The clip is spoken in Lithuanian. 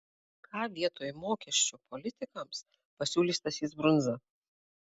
ką vietoj mokesčio politikams pasiūlys stasys brundza